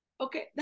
Okay